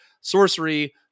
Sorcery